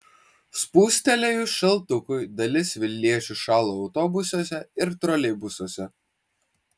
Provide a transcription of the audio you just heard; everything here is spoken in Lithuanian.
spustelėjus šaltukui dalis vilniečių šąla autobusuose ir troleibusuose